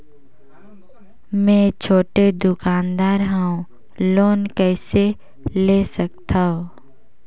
मे छोटे दुकानदार हवं लोन कइसे ले सकथव?